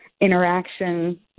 interaction